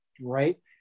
right